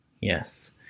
Yes